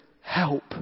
help